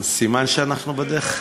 זה סימן שאנחנו בדרך,